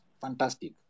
Fantastic